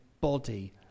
body